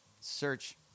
search